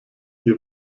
die